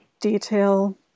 detail